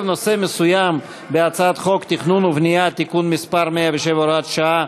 נושא מסוים בהצעת חוק התכנון והבנייה (תיקון מס' 107 והוראת שעה),